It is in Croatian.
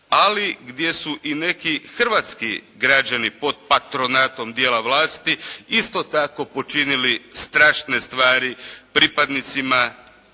i gdje su neki hrvatski građani pod patronatom dijela vlasti isto tako počinili strašne stvari pripadnicima